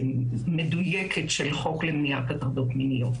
המדויקת של החוק למניעת הטרדות מיניות.